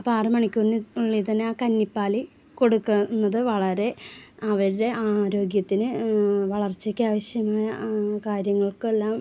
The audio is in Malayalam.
അപ്പം ആറ് മണിക്കൂറിനുള്ളിൽ തന്നെ ആ കന്നിപ്പാല് കൊടുക്കുന്നത് വളരെ അവരുടെ ആരോഗ്യത്തിന് വളർച്ചക്കാവശ്യമായ കാര്യങ്ങൾക്കെല്ലാം